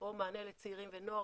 או מענה לצעירים ונוער.